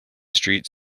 street